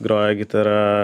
groja gitara